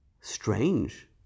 Strange